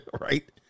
right